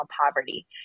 poverty